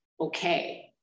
okay